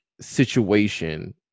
situation